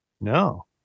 No